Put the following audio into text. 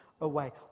away